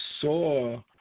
saw